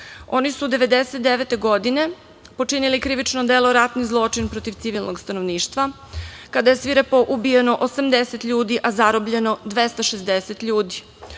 Oni su 1999. godine počinili krivično delo ratni zločin protiv civilnog stanovništva, kada je svirepo ubijeno 80 ljudi, a zarobljeno 260 ljudi.